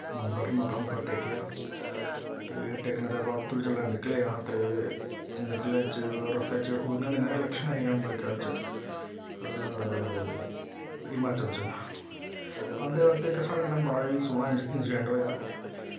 मन्दर मत्था मुत्था टेकेआ ते टेकने दे बाद तों जेल्लै निकले अस ते निकले च रस्ते च उनैं दिनें इलैक्शनां हियां मेरे ख्याल च हिमाचल च औंदैं वक्त इक साढ़े कन्नै बड़ा इ'यां सोह्ना इंसिडैंट होएआ